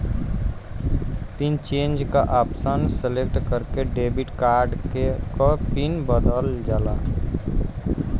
pin change क option select करके debit card क पिन बदलल जाला